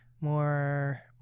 more